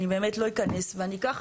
אני אקח